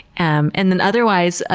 and and then otherwise, ah